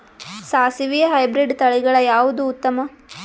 ಸಾಸಿವಿ ಹೈಬ್ರಿಡ್ ತಳಿಗಳ ಯಾವದು ಉತ್ತಮ?